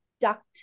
duct